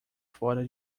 fora